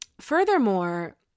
Furthermore